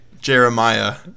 Jeremiah